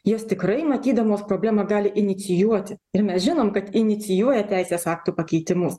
jos tikrai matydamos problemą gali inicijuoti ir mes žinom kad inicijuoja teisės aktų pakeitimus